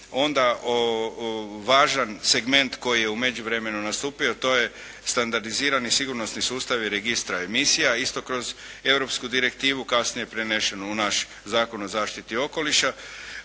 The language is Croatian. Onda važan segment koji je u međuvremenu nastupio, a to je standardizirani i sigurnosni sustav i registra emisija isto kroz europsku direktivu kasnije prenesenu u naš Zakon o zaštiti okoliša.